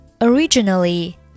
originally